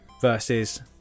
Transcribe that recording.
versus